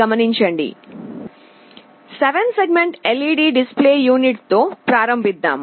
7 segment LED display unit తో ప్రారంభిద్దాం